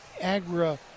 Agra